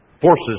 forces